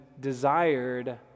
desired